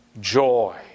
joy